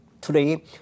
Today